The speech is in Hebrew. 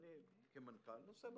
ואני כמנכ"ל נושא באחריות,